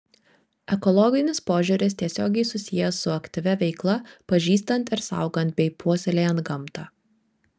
ekologinis požiūris tiesiogiai susijęs su aktyvia veikla pažįstant ir saugant bei puoselėjant gamtą